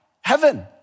heaven